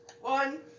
One